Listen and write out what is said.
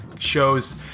shows